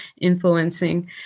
influencing